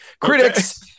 Critics